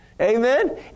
Amen